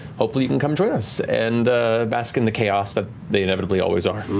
hopefully you can come join us and bask in the chaos that they inevitably always are.